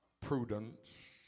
prudence